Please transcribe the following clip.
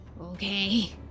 Okay